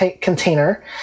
container